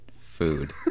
food